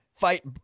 fight